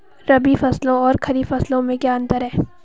रबी फसलों और खरीफ फसलों में क्या अंतर है?